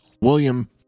William